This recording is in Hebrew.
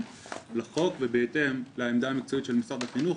לחוק ובהתאם לעמדה המקצועית של משרד החינוך.